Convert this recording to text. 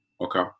Okay